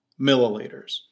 milliliters